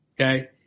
Okay